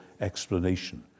explanation